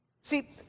See